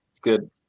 Good